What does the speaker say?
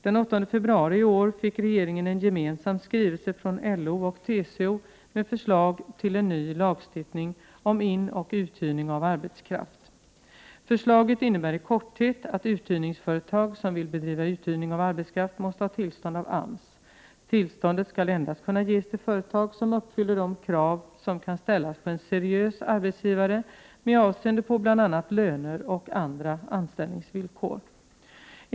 Den 8 februari i år fick regeringen en gemensam skrivelse från LO och TCO med förslag till en ny lagstiftning om inoch uthyrning av arbetskraft. Förslaget innebär i korthet att uthyrningsföretag som vill bedriva uthyrning av arbetskraft måste ha tillstånd av AMS. Tillstånd skall endast kunna ges till företag som uppfyllerde krav som kan ställas på en seriös arbetsgivare med avseende på bl.a. löner och andra anställningsvillkor.